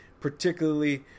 particularly